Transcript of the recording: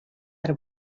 per